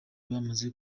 bamaze